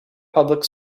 public